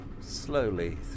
slowly